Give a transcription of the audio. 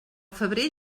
febrer